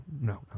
No